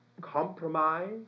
compromise